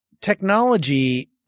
technology